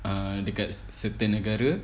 err dekat certain negara